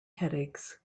headaches